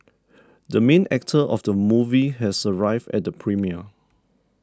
the main actor of the movie has arrived at the premiere